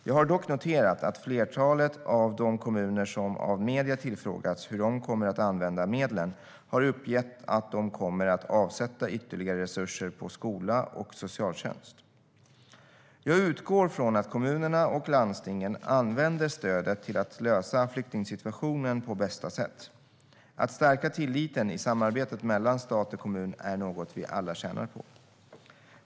Jag har dock noterat att flertalet av de kommuner som av medier tillfrågats om hur de kommer att använda medlen har uppgett att de kommer att avsätta ytterligare resurser på skola och socialtjänst. Jag utgår från att kommunerna och landstingen använder stödet till att lösa flyktingsituationen på bästa sätt. Att stärka tilliten i samarbetet mellan stat och kommun är något vi alla tjänar på.